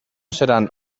seran